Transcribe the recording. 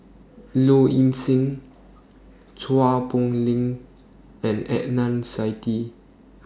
Low Ing Sing Chua Poh Leng and Adnan Saidi